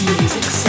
Music